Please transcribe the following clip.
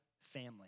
family